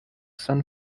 san